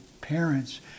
parents